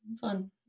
fun